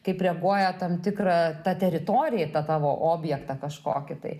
kaip reaguoja tam tikra ta teritorija į tą tavo objektą kažkokį tai